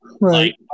Right